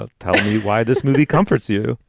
ah tell me why this movie comforts you